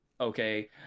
okay